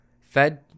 Fed